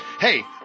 Hey